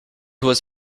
was